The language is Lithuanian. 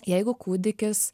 jeigu kūdikis